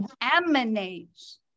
emanates